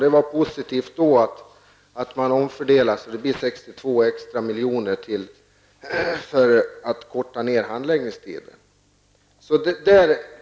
Det är positivt att man har gjort omfördelningar så att man har fått 62 milj.kr. extra för att korta ned handläggningstiden.